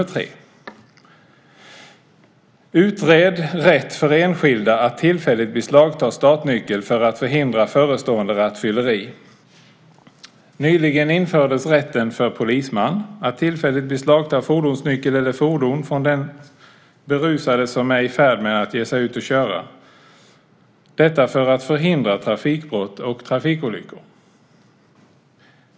Nr 3: Utred rätt för enskilda att tillfälligt beslagta startnyckel för att förhindra förestående rattfylleri! Nyligen infördes rätten för polisman att tillfälligt beslagta fordonsnyckel eller fordon från den berusade som är i färd med att ge sig ut och köra för att förhindra trafikbrott och trafikolyckor.